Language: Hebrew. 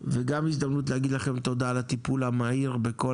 וגם הזדמנות להגיד לכם תודה על הטיפול המהיר בכל